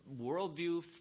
worldview